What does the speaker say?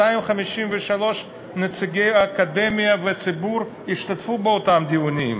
253 נציגי אקדמיה וציבור השתתפו באותם דיונים.